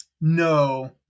no